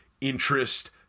interest